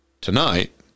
tonight